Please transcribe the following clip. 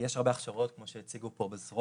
יש הרבה הכשרות כמו שהציגו פה בזרוע